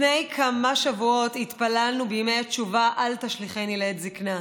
לפני כמה שבועות התפללנו בימי התשובה: אל תשליכני לעת זקנה,